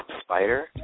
spider